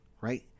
right